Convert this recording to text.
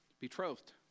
betrothed